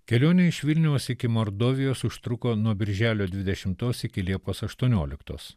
kelionė iš vilniaus iki mordovijos užtruko nuo birželio dvidešimtos iki liepos aštuonioliktos